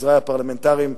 עוזרי הפרלמנטריים,